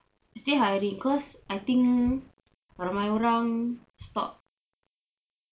mesti hiring cause I think ramai orang stop